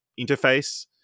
interface